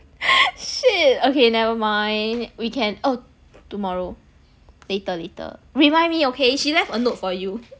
shit okay never mind we can oh tomorrow later later remind me okay she left a note for you